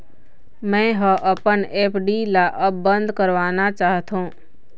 मै ह अपन एफ.डी ला अब बंद करवाना चाहथों